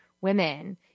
women